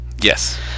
yes